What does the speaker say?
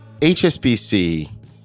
HSBC